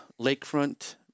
lakefront